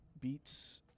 Beats